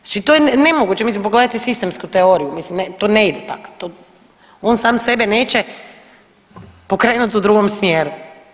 Znači to je nemoguće, mislim pogledajte sistemsku teoriju, mislim to ne ide tak, on sam sebe neće pokrenut u drugom smjeru.